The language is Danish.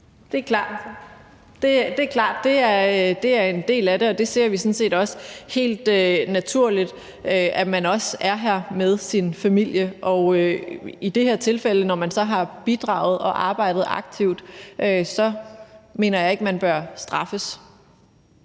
Det er klart, det er en del af det, og det ser vi sådan set også som noget helt naturligt, altså at man også er her med sin familie. Og i det her tilfælde, når man så har bidraget og arbejdet aktivt, mener jeg ikke, man bør straffes.